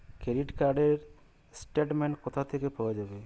Credit card র statement কোথা থেকে পাওয়া যাবে?